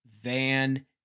Van